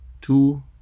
two